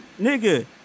Nigga